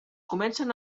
comencen